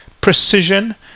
precision